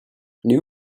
new